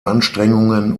anstrengungen